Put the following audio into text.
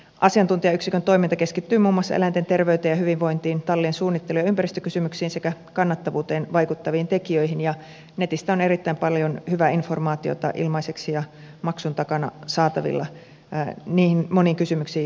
asiantuntijayksikön toiminta keskittyy muun muassa eläinten terveyteen ja hyvinvointiin tallien suunnittelu ja ympäristökysymyksiin sekä kannattavuuteen vaikuttaviin tekijöihin ja netistä on saatavilla erittäin paljon hyvää informaatiota ilmaiseksi ja maksun takana niihin moniin kysymyksiin jotka hevosen omistajia askarruttavat